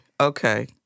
okay